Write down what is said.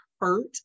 hurt